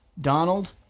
Donald